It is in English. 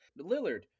Lillard